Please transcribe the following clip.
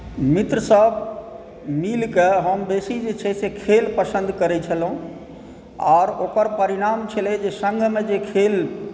मित्र सभ मिलकेँ हम बेसी जे छै से खेल पसन्द करै छलहुँ आओर ओकर परिणाम छलै जे सङ्गमे जे खेल